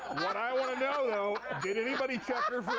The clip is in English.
what i want to know, though, did anybody check her for